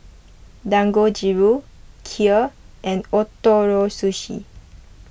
Dangojiru Kheer and Ootoro Sushi